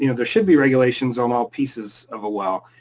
you know there should be regulations on all pieces of a well.